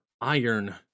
iron